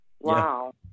Wow